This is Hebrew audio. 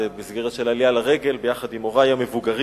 זה היה במסגרת של עלייה לרגל עם הורי המבוגרים,